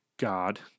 God